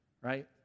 right